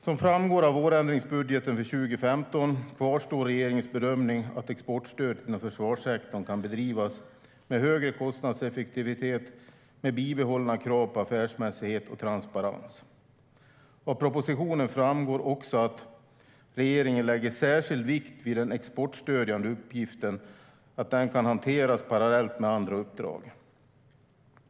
Som framgår av vårändringsbudget för 2015 kvarstår regeringens bedömning att exportstödet inom försvarssektorn kan bedrivas med högre kostnadseffektivitet, med bibehållna krav på affärsmässighet och transparens. Av propositionen framgår också att regeringen lägger särskild vikt vid att den exportstödjande uppgiften kan hanteras parallellt med andra uppdrag.